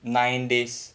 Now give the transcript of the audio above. nine days